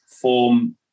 form